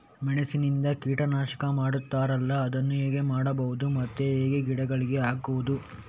ಮೆಣಸಿನಿಂದ ಕೀಟನಾಶಕ ಮಾಡ್ತಾರಲ್ಲ, ಅದನ್ನು ಹೇಗೆ ಮಾಡಬಹುದು ಮತ್ತೆ ಹೇಗೆ ಗಿಡಗಳಿಗೆ ಹಾಕುವುದು?